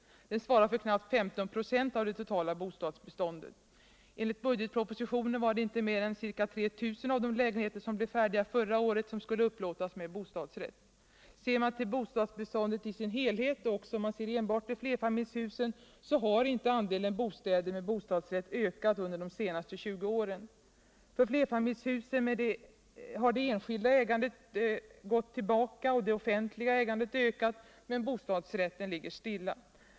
Den svarar för knappt 15 96 av det totala bostadsbeståndet. Enligt budgetpropositionen var det inte mer än ca 3 000 av de lägenheter som blev färdiga förra året som skulle upplåtas med bostadsrätt. Ser man till bostadsbeståndet i dess helhet — och också om man ser enbart till flerfamiljshusen — så finner man att andelen bostäder med bostadsrätt inte ökat under de senaste 20 åren. För flerfamiljshusen har det enskilda ägandet gått tillbaka och det offentliga ägandet ökat, men bostadsrätten ligger stilla.